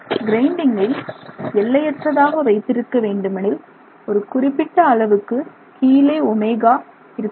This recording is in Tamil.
கிரைண்டிங்கை எல்லையற்றதாக வைத்திருக்க வேண்டுமெனில் ஒரு குறிப்பிட்ட அளவுக்கு கீழே ω இருக்க வேண்டும்